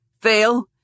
Fail